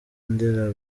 ndera